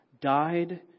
died